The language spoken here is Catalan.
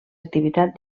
activitat